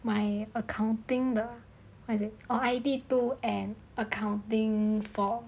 my accounting 的 what is it I_B two and accounting four